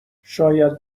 شاید